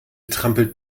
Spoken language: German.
trampelt